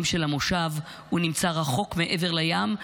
של המושב הוא נמצא רחוק מעבר לים,